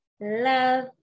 love